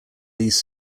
these